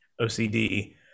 OCD